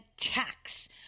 tax